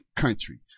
country